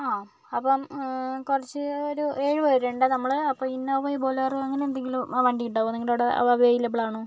ആ അപ്പം കുറച്ച് ഒരു ഏഴുപേരുണ്ട് നമ്മൾ അപ്പോൾ ഇന്നോവ ബൊലേറൊ അങ്ങനെ എന്തെങ്കിലും വണ്ടിയുണ്ടാകുമോ നിങ്ങളുടെ അവിടെ അവ അവൈലബിൾ ആണോ